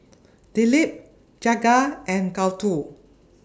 Dilip Jagat and Gouthu